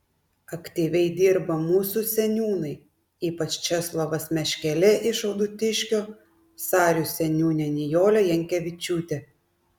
aktyviai dirba mūsų seniūnai ypač česlovas meškelė iš adutiškio sarių seniūnė nijolė jankevičiūtė